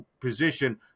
position